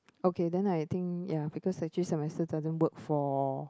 okay then I think ya because actually semester doesn't work for